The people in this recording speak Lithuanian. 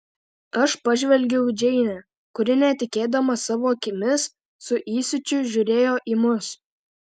aš pažvelgiau į džeinę kuri netikėdama savo akimis su įsiūčiu žiūrėjo į mus